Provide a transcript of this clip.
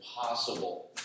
impossible